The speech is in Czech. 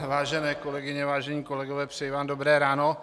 Vážené kolegyně, vážení kolegové, přeji vám dobré ráno.